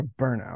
burnout